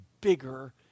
bigger